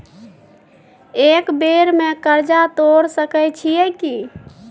एक बेर में कर्जा तोर सके छियै की?